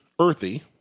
Earthy